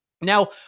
Now